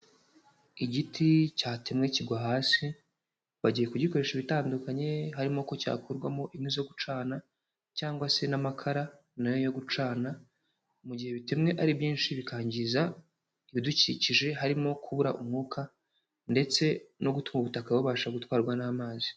Igiti cyatemwe kigwa hasi, bagiye kugikoresha ibitandukanye, harimo ko cyakurwamo inkwi zo gucana cyangwa se n'amakara na yo yo gucana, mu gihe bitemwe ari byinshi bikangiza ibidukikije, harimo kubura umwuka ndetse no gutuma ubutaka bubasha gutwarwa n'amazi.